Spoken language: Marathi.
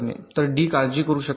तर डी काळजी करू शकत नाही